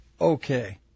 Okay